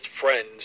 friends